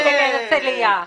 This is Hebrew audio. בבקשה.